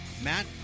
Matt